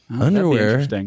Underwear